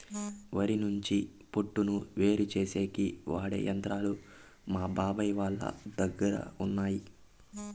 వరి నుంచి పొట్టును వేరుచేసేకి వాడె యంత్రాలు మా బాబాయ్ వాళ్ళ దగ్గర ఉన్నయ్యి